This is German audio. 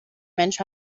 mensch